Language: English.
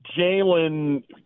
Jalen